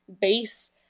base